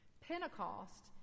Pentecost